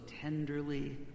tenderly